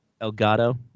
Elgato